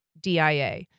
DIA